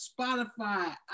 spotify